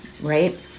right